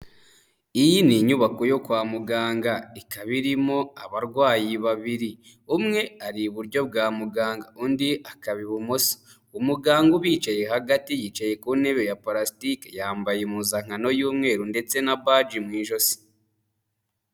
Iyi ni inyubako yo kwa muganga ikaba irimo abarwayi babiri, umwe ari iburyo bwa muganga undi akaba ibumoso. Umuganga ubicaye hagati yicaye ku ntebe ya palasitike yambaye impuzankano y'umweru ndetse na baji mu ijosi.